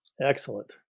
Excellent